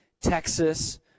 Texas –